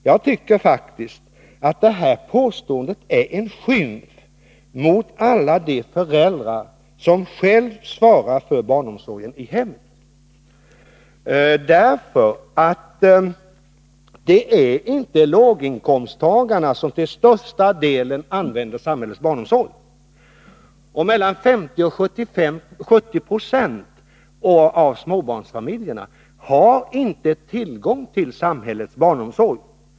Jag tycker faktiskt att det här påståendet är en skymf mot alla de föräldrar som själva svarar för barnomsorgen i hemmet. Det är ju inte låginkomsttagarna som till största delen använder samhällets barnomsorg. Mellan 50 och 70 96 av småbarnsfamiljerna har inte tillgång till samhällets barnomsorg.